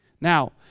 now